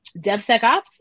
DevSecOps